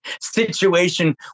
situation